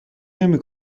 نمی